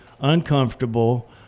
uncomfortable